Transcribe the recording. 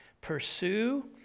pursue